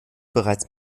bereits